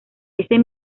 ese